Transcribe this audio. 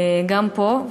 גם פה,